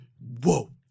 Whoa